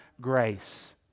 grace